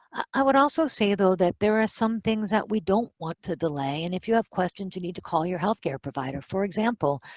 i would also say, though, that there are some things that we don't want to delay. and if you have questions, you need to call your healthcare provider. for example,